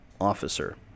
officer